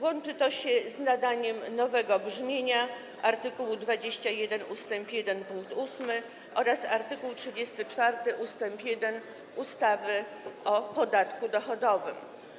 Łączy się to z nadaniem nowego brzmienia art. 21 ust. 1 pkt 8 oraz art. 34 ust. 1 ustawy o podatku dochodowym.